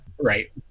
Right